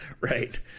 right